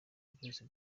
byose